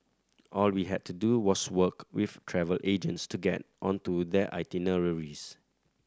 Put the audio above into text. all we had to do was work with travel agents to get onto their itineraries